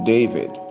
David